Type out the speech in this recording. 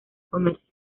comercio